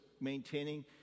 maintaining